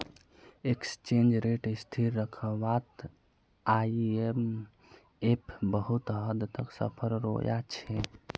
exchange rate स्थिर रखवात IMF बहुत हद तक सफल रोया छे